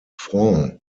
franc